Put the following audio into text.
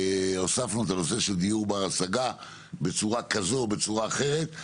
הוספנו את הנושא של דיור בר השגה בצורה כזו או בצורה אחרת,